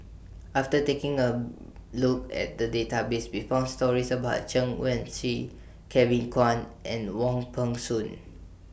after taking A Look At The Database We found stories about Chen Wen Hsi Kevin Kwan and Wong Peng Soon